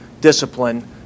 discipline